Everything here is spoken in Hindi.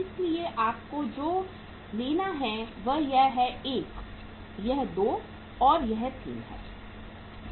इसलिए आपको जो लेना है वह यह है 1 यह 2 है और यह 3 है